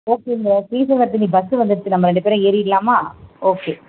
ஓகேங்க கேஷவர்தினி பஸ்ஸு வந்துடுச்சி நம்ம ரெண்டு பேரும் ஏறிடலாமா ஓகே